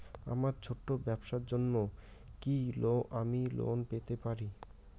আমার ছোট্ট ব্যাবসার জন্য কি আমি লোন পেতে পারি?